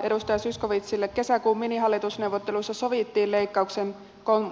ihan totta kesäkuun minihallitusneuvotteluissa sovittiin leikkauksen